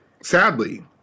sadly